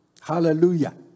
Hallelujah